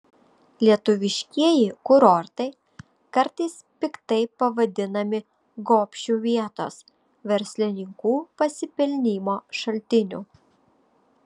lietuviškieji kurortai kartais piktai pavadinami gobšių vietos verslininkų pasipelnymo šaltiniu